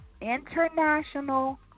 international